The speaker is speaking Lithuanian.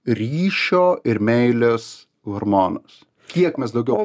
ryšio ir meilės hormonas kiek mes daugiau